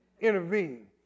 intervene